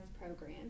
program